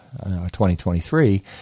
2023